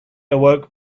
awoke